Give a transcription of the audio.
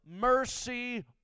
mercy